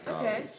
okay